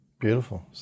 Beautiful